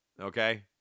Okay